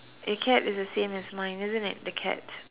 your cat is the same as mine isn't it the cat